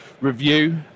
review